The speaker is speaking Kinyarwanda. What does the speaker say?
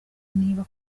niba